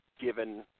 given